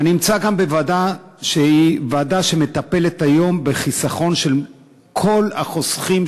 אני נמצא גם בוועדה שמטפלת היום בחיסכון של כל החוסכים